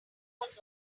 was